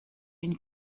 ihn